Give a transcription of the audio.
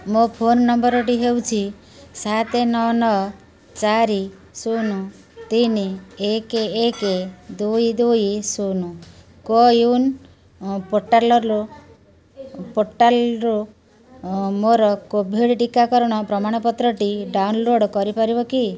ମୋ ଫୋନ୍ ନମ୍ବରଟି ହେଉଛି ସାତେ ନଅ ନଅ ଚାରି ଶୂନ ତିନି ଏକ ଏକ ଦୁଇ ଦୁଇ ଶୂନ କୋୱିନ୍ ପୋର୍ଟାଲ୍ରୁ ମୋର କୋଭିଡ଼୍ ଟିକାକରଣ ପ୍ରମାଣପତ୍ରଟି ଡ଼ାଉନଲୋଡ଼୍ କରିପାରିବ କି